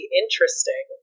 interesting